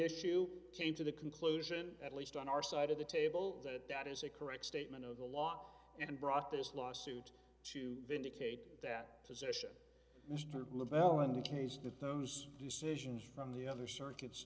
issue came to the conclusion at least on our side of the table that that is a correct statement of the law and brought this lawsuit to vindicate that position mr ballen teased that those decisions from the other circuits